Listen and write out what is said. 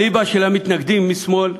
אליבא דהמתנגדים משמאל,